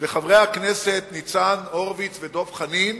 וחברי הכנסת ניצן הורוביץ ודב חנין,